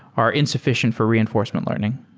are insufficient for reinforcement learning.